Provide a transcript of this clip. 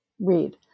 read